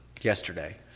Yesterday